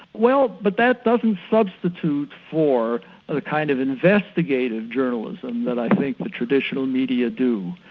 well but that doesn't substitute for a kind of investigative journalism that i think the traditional media do,